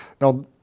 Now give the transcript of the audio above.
Now